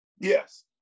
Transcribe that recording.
Yes